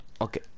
Okay